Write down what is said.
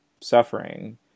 suffering